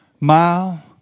mile